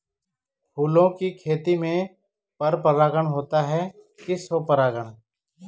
फूलों की खेती में पर परागण होता है कि स्वपरागण?